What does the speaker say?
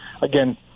again